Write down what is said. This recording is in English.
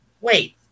wait